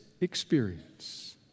experience